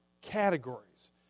categories